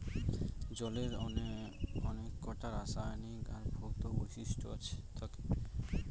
জলের অনেককটা রাসায়নিক আর ভৌত বৈশিষ্ট্য থাকে